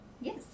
Yes